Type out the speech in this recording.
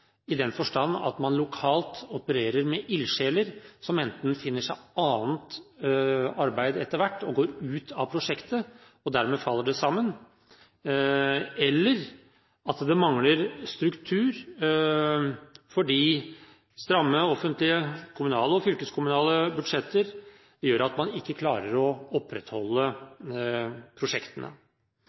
lokalt opererer med ildsjeler som enten finner seg annet arbeid etter hvert og går ut av prosjektet, og dermed faller det sammen, eller at det mangler struktur fordi stramme offentlige – kommunale og fylkeskommunale – budsjetter gjør at man ikke klarer å opprettholde prosjektene.